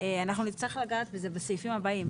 אנחנו נצטרך לגעת בזה בסעיפים הבאים.